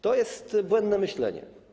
To jest błędne myślenie.